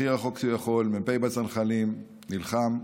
הכי רחוק שהוא יכול, מ"פ בצנחנים, נלחם,